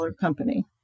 company